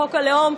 חוק הלאום,